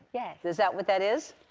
yeah. is that what that is?